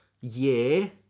year